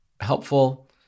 helpful